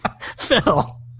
Phil